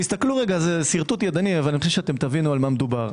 זה שרטוט ידני, אבל תבינו במה מדובר.